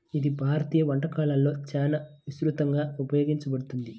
ఇది భారతీయ వంటకాలలో చాలా విస్తృతంగా ఉపయోగించబడుతుంది